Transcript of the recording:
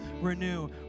renew